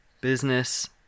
business